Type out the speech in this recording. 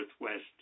Northwest